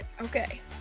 Okay